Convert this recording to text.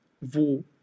wo